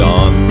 on